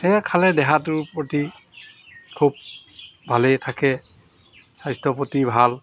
সেয়ে খালে দেহাটোৰ প্ৰতি খুব ভালেই থাকে স্বাস্থ্য প্ৰতি ভাল